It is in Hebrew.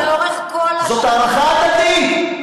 לאורך כל, זאת הערכה הדדית.